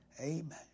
Amen